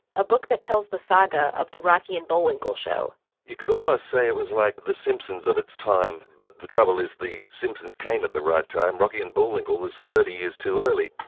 a book that tells the saga of the rocky and bullwinkle show you could almost say it was like the simpsons of its time but the trouble is the simpsons came at the right time rocky and bullwinkle was thirty years too early